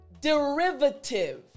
derivative